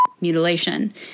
mutilation